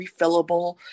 refillable